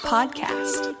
Podcast